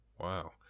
Wow